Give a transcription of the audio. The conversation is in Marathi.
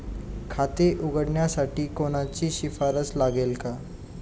खाते उघडण्यासाठी कोणाची शिफारस लागेल का?